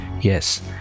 yes